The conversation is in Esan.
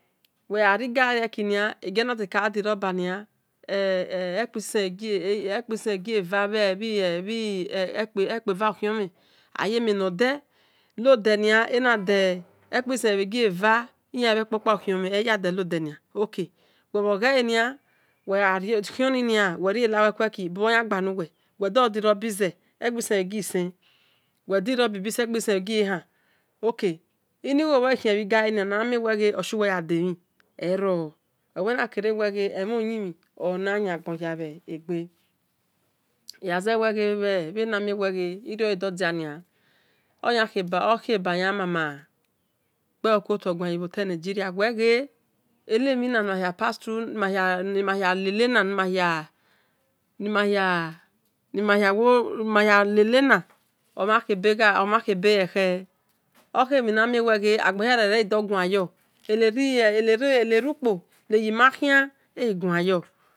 Uwe ghari ghali erieki nin egion natake ghadi rubber nia ekpoisen egieva bhi ekpe va bhi okhion mhen aiyemien node nodenia ena de ekpi ise bhi eghie va ole aya de node nia ok uwe gha rioni aeki bobhor yan gbenuwe uwe dho di ize okpi sen bhi hi sen uwe di rubber beana ekpisen bhiye han ok inigho uwe ghi khien bhigale no ganshiu yademhin ero olewhe yakere weghe emhin uyi mhin na yan aghon bhe namie ghe irioda nia okhien ebayaghelo kholo bhi nigeria whe ghe eni emhia na ni ma hia through na ni mahia le lena omhan khebe leke okhe min namien we ghe agbon hiare re odo guanyor ene rukpo neyim hakhian eghi guanyor